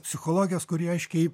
psichologės kuri aiškiai